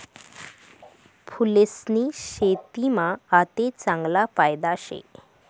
फूलेस्नी शेतीमा आते चांगला फायदा शे